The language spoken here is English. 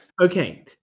Okay